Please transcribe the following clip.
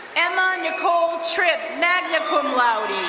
emma nicole trip, magna cum laude.